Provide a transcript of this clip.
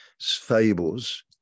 fables